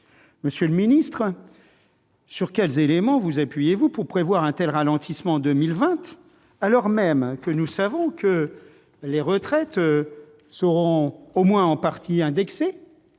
Monsieur le ministre, sur quels éléments vous appuyez-vous pour prévoir un tel ralentissement en 2020, alors même que nous savons que les retraites seront, au moins en partie, réindexées